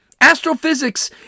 Astrophysics